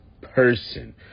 person